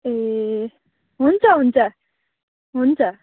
ए हुन्छ हुन्छ हुन्छ